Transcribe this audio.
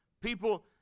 people